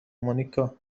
مونیکا